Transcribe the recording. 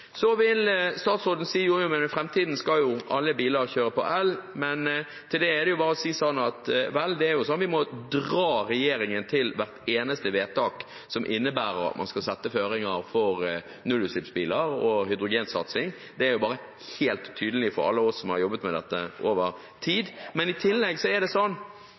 Så vil statsråden si at i framtiden skal jo alle biler kjøre på el. Men til det er det bare å si at vi må jo dra regjeringen til hvert eneste vedtak som innebærer at man skal legge føringer for nullutslippsbiler og hydrogensatsing. Det er helt tydelig for alle oss som har jobbet med dette over tid. Men i tillegg er det sånn